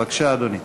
בבקשה, אדוני.